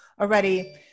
already